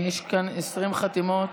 יש כאן 20 חתימות.